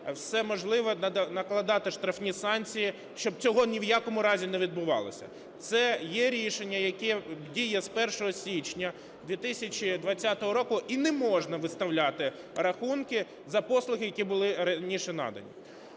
все можливе, накладати штрафні санкції, щоб цього ні в якому разі не відбувалося. Це є рішення, яке діє з 1 січня 2020 року, і не можна виставляти рахунки за послуги, які були раніше надані.